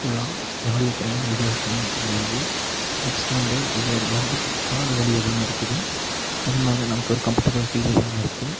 ஃபுல்லாக ஆடியோ தனியாக வீடியோ தனியாக இணையுது நெக்ஸ்ட் வந்து இயர் வந்து காது வலி அதிகமாக எடுக்குது அதனால் நமக்கு ஒரு கம்ஃபடபுள் ஃபீல் இல்லாமல் இருக்குது